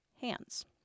hands